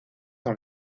dans